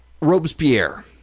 Robespierre